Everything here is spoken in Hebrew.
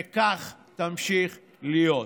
וכך תמשיך להיות.